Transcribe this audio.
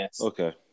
Okay